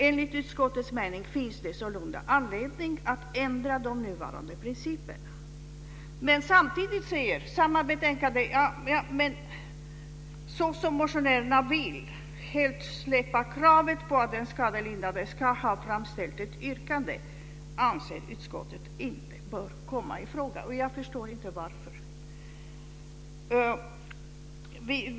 Enligt utskottets mening finns det sålunda anledning att ändra de nuvarande principerna. Å andra sidan säger man i samma betänkande att, såsom motionärerna vill, man helt släpper kravet på att den skadelidande ska ha framställt ett yrkande bör inte komma i fråga. Jag förstår inte varför.